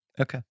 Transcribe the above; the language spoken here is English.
Okay